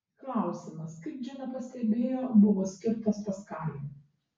klausimas kaip džina pastebėjo buvo skirtas paskaliui